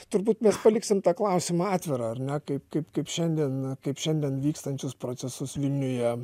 turbūt mes paliksim tą klausimą atvirą ar ne kaip kaip šiandien kaip šiandien vykstančius procesus vilniuje